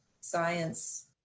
science